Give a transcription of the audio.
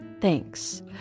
Thanks